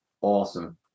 awesome